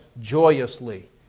joyously